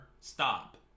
Stop